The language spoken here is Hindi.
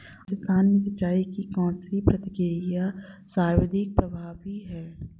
राजस्थान में सिंचाई की कौनसी प्रक्रिया सर्वाधिक प्रभावी है?